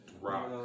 Rock